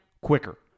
quicker